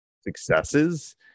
successes